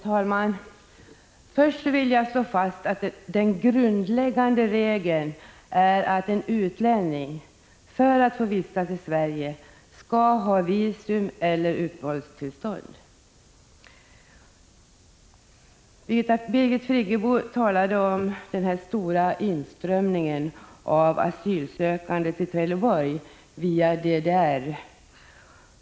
Herr talman! Först vill jag slå fast att den grundläggande regeln är att en utlänning för att få vistas i Sverige skall ha visum eller uppehållstillstånd. Birgit Friggebo talade om den stora inströmningen av asylsökande till Trelleborg via DDR.